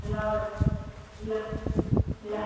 ल ल ल ल